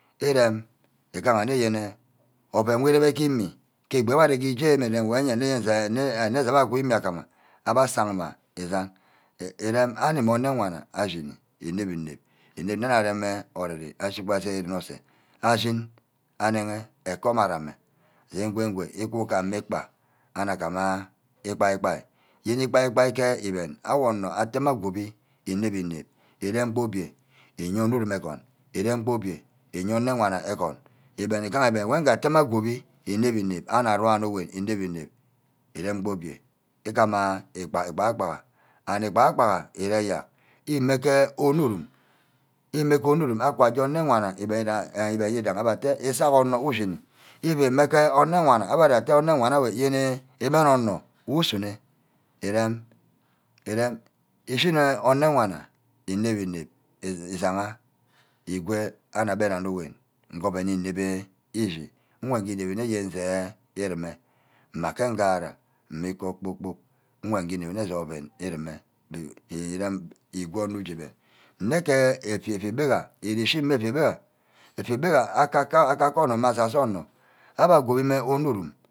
. irem igaha nne yene owen wu ireme ke imi ke egbor wor abbe aregi eje ren engwed. je nne yene je abbe wund imi-agama abba asang mma isan irem amme anor wana ashini inep-inep. inep nne yene arem ori-ri, ashiba ke ren-ose ashin aneghe eko ormad ame ye gwen iku gamme ikpa, anor gama igbai. igbai, yene igbai, igbai ke igben onor ateme agubbi inep-inep nniremba obia, iye onurum agun, irem-gba obia iye ene wana agun, igben igaha ugben, wor itame agwoibi inep-inep ana-nugu-anugi inep-inep irem gba obio igama igba-igbaha, and igba-igbaha ere eyerk, ime ke onurum, ime ke onu. rum aka ase ane-wana owidahi abbe atte isai onor ushini, aka ase ke onewana agbe atte yene igben onor ushini irem, irem ushini ane-wana inep-inep ishigha ewe anir agben anuggi, nge ouen inebbi ashi, nwor ngi nnepbi nne yene jeremeh mma ke ngara, mme iku ke kpor-kpork, woh nge igoni nne je ouen irimeh igwun onor ise ouen, nne ke efia efia begge ere ishi mme euik gbega, eyik gbega ekaka onor mme asasor onor abe gomine onurome